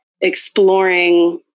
exploring